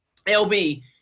LB